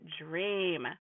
dream